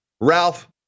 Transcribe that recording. Ralph